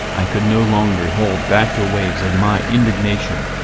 i could no longer hold back the waves of my indignation.